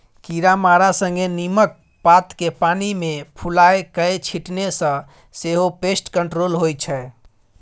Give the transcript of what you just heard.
कीरामारा संगे नीमक पात केँ पानि मे फुलाए कए छीटने सँ सेहो पेस्ट कंट्रोल होइ छै